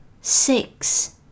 Six